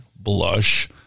Blush